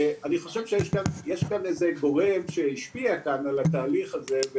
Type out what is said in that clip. אני חושב שיש כאן איזה גורם שהשפיע כאן על התהליך הזה,